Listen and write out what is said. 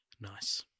nice